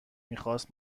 میخواست